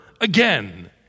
again